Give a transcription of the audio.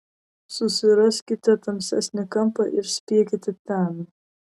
susiraskite tamsesnį kampą ir spiekite ten